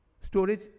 Storage